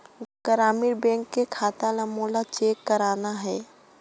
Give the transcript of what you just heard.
ग्रामीण बैंक के खाता ला मोला चेक करना हे?